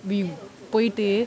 we போய்ட்டு:poyittu